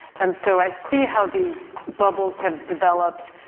and so, i see how these bubbles have developed.